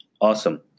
Awesome